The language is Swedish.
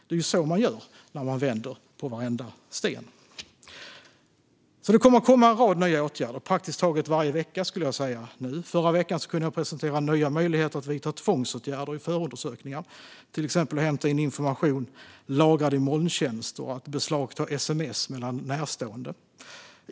Det är så man gör när man vänder på varenda sten. Det kommer alltså att komma en rad nya åtgärder nu - praktiskt taget varje vecka, skulle jag säga. Förra veckan kunde jag presentera nya möjligheter att vidta tvångsåtgärder i förundersökningar, till exempel möjligheten att hämta in information lagrad i molntjänster och att beslagta sms mellan närstående.